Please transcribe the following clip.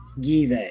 Give